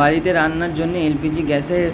বাড়িতে রান্নার জন্য এলপিজি গ্যাসের